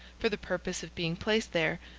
for the purpose of being placed there,